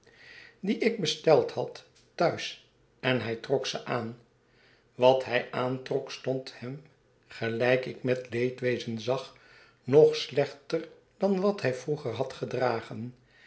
die ik besteld had thuis en hij trok ze aan wat hij aantrok stond hem gelyk ik met leedwezen zag nog slechter dan wat hij vroeger had gedragen